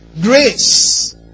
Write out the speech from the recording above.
Grace